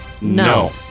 No